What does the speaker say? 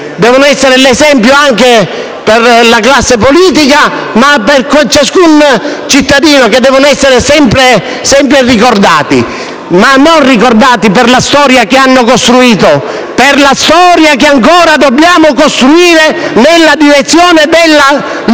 devono essere di esempio, non solo per la classe politica ma per ciascun cittadino, e devono essere sempre ricordati: ricordati non per la storia che hanno costruito, ma per la storia che ancora dobbiamo costruire nella direzione della